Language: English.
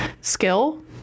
skill